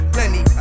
Plenty